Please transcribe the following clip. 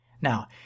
Now